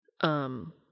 Um